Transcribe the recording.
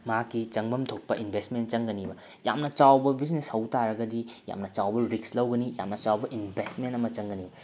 ꯃꯍꯥꯛꯀꯤ ꯆꯪꯐꯝ ꯊꯣꯛꯄ ꯏꯟꯕꯦꯁꯃꯦꯟ ꯆꯪꯒꯅꯤꯕ ꯌꯥꯝꯅ ꯆꯥꯎꯕ ꯕꯤꯖꯤꯅꯦꯁ ꯍꯧꯕꯇꯥꯔꯒꯗꯤ ꯌꯥꯝꯅ ꯆꯥꯎꯕ ꯔꯤꯛꯁ ꯂꯧꯒꯅꯤ ꯌꯥꯝꯅ ꯆꯥꯎꯕ ꯏꯟꯕꯦꯁꯃꯦꯟ ꯑꯃ ꯆꯪꯒꯅꯤ